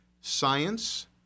science